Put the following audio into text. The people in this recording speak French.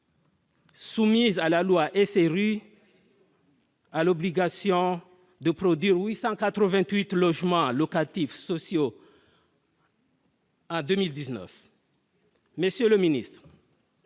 Soumise à la loi SRU. à l'obligation de produire 888 logements locatifs sociaux. En 2019,